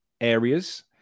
areas